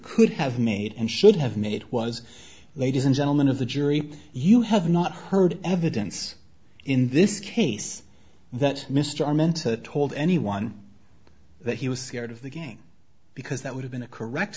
could have made and should have made it was ladies and gentlemen of the jury you have not heard evidence in this case that mr meant to told anyone that he was scared of the game because that would have been a correct